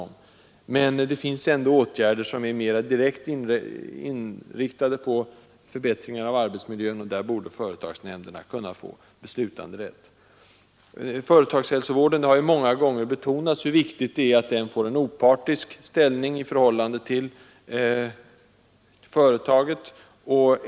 Men det finns åtgärder som är mer direkt inriktade på förbättringar av arbetsmiljön, och där borde företagsnämnderna kunna få beslutanderätt. Det har många gånger betonats hur viktigt det är att företagshälsovården får en opartisk ställning i förhållande till företaget.